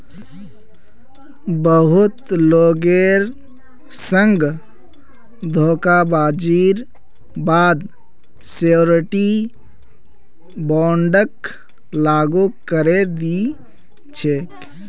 बहुत लोगेर संग धोखेबाजीर बा द श्योरटी बोंडक लागू करे दी छेक